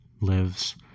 lives